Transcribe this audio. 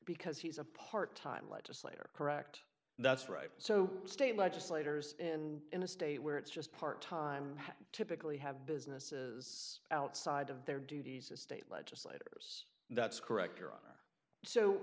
because he's a part time legislator correct that's right so state legislators and in a state where it's just part time typically have businesses outside of their duties as state legislators that's correct your honor so